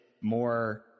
more